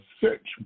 search